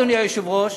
אדוני היושב-ראש,